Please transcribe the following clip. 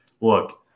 look –